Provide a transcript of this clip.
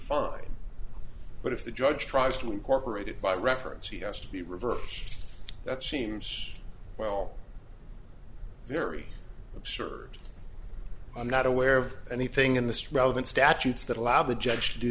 fine but if the judge tries to incorporate it by reference he has to be reverse that seems well very absurd i'm not aware of anything in this relevant statutes that allow the judge to do